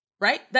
Right